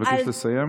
אני מבקש לסיים.